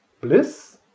bliss